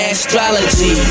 Astrology